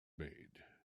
made